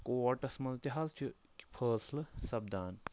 کوٹَس منٛز تہِ حظ چھِ فٲصلہٕ سَپدان